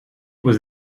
was